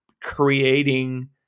creating